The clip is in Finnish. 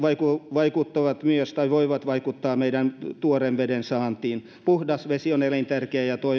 vaikuttavat tai voivat vaikuttaa myös meidän tuoreen veden saantiin puhdas vesi on elintärkeää ja